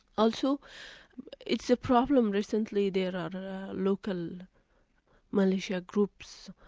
also it's a problem recently, there are local militia groups,